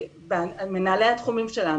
מנהלי התחומים שלנו,